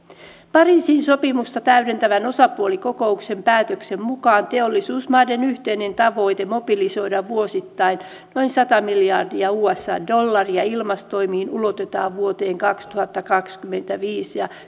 pariisin sopimusta täydentävän osapuolikokouksen päätöksen mukaan teollisuusmaiden yhteinen tavoite mobilisoida vuosittain noin sata miljardia usan dollaria ilmastotoimiin ulotetaan vuoteen kaksituhattakaksikymmentäviisi ja